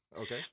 Okay